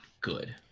good